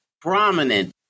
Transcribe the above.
prominent